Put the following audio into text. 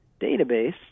database